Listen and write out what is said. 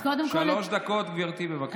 שלוש דקות, גברתי, בבקשה.